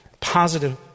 positive